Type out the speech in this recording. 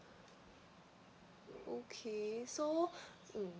okay so mm